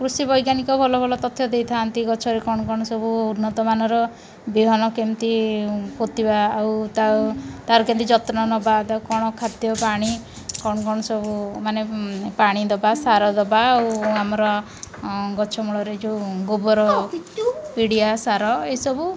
କୃଷି ବୈଜ୍ଞାନିକ ଭଲ ଭଲ ତଥ୍ୟ ଦେଇଥାନ୍ତି ଗଛରେ କ'ଣ କ'ଣ ସବୁ ଉନ୍ନତମାନର ବିହନ କେମିତି ପୋତିିବା ଆଉ ତା'ର କେମିତି ଯତ୍ନ ନେବା ତାକୁ କ'ଣ ଖାଦ୍ୟ ପାଣି କ'ଣ କ'ଣ ସବୁ ମାନେ ପାଣି ଦେବା ସାର ଦେବା ଆଉ ଆମର ଗଛମୂଳରେ ଯୋଉ ଗୋବର ପିଡ଼ିଆ ସାର ଏସବୁ